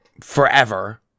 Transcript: forever